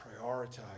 prioritize